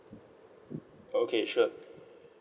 okay sure